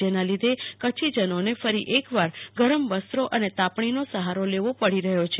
જેના લીધે કચ્છીજનોને ફરી એકવાર ગરમ વસ્ત્રો અને તાપણીનો સફારો લેવો પડી રહ્યો છે